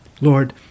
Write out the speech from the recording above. Lord